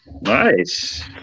Nice